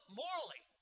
morally